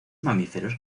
mamíferos